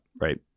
Right